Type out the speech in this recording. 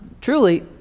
truly